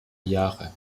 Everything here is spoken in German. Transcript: jahre